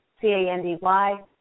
C-A-N-D-Y